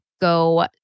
go